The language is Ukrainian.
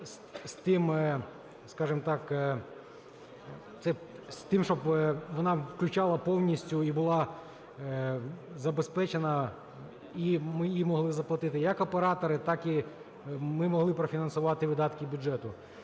з тим, щоб вона включала повністю і була забезпечена, і її могли заплатити як оператори, так і ми могли профінансувати видатки бюджету.